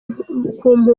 impunzi